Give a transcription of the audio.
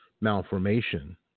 malformation